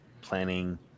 planning